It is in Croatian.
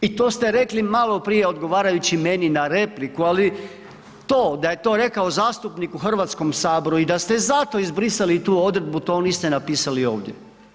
I to ste rekli maloprije odgovarajući meni na repliku, ali to, da je to rekao zastupnik u HS-u i da ste zato izbrisali tu odredbu, to niste napisali ovdje.